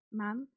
ma'am